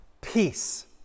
peace